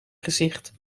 gezicht